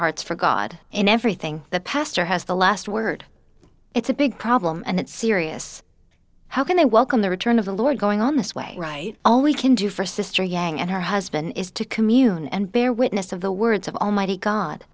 hearts for god in everything the pastor has the last word it's a big problem and it's serious how can they welcome the return of the lord going on this way right all we can do for sister yang and her husband is to commune and bear witness of the words of almighty god